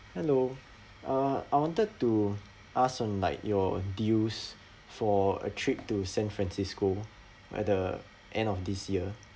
hello uh I wanted to ask on like your deals for a trip to san francisco at the end of this year